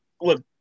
look